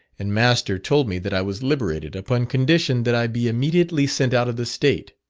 and master told me that i was liberated, upon condition that i be immediately sent out of the state.